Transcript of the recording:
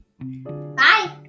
Bye